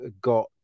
got